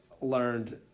learned